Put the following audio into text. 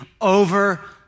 over